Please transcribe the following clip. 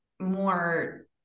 more